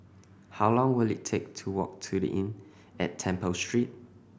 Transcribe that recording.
how long will it take to walk to The Inn at Temple Street